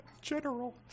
General